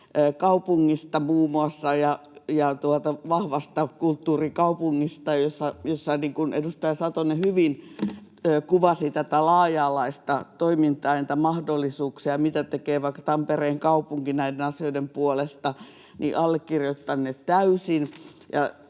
kaupungista ja vahvasta kulttuurikaupungista. Edustaja Satonen hyvin kuvasi tätä laaja-alaista toimintaa ja niitä mahdollisuuksia, mitä tekee vaikka Tampereen kaupunki näiden asioiden puolesta. Allekirjoitan ne täysin.